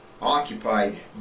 occupied